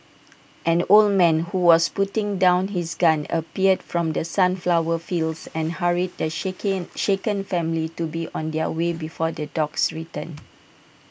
an old man who was putting down his gun appeared from the sunflower fields and hurried the shaken shaken family to be on their way before the dogs return